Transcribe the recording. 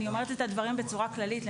אני אומרת את הדברים בצורה כללית,